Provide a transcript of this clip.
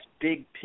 big